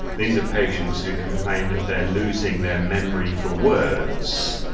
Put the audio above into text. these are patients who complain that they are losing their memory for words,